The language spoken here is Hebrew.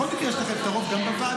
בכל מקרה יש לכם את הרוב גם בוועדה,